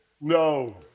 No